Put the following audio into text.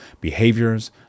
behaviors